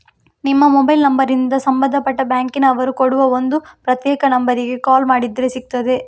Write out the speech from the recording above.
ನಿಮ್ಮ ಮೊಬೈಲ್ ನಂಬರಿಂದ ಸಂಬಂಧಪಟ್ಟ ಬ್ಯಾಂಕಿನ ಅವರು ಕೊಡುವ ಒಂದು ಪ್ರತ್ಯೇಕ ನಂಬರಿಗೆ ಕಾಲ್ ಮಾಡಿದ್ರೆ ಸಿಗ್ತದೆ